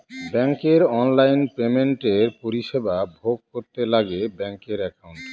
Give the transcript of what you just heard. ব্যাঙ্কের অনলাইন পেমেন্টের পরিষেবা ভোগ করতে লাগে ব্যাঙ্কের একাউন্ট